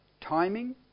timing